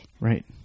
Right